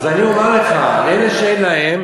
אז אני אומר לך, אלה שאין להם